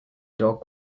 dog